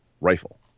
rifle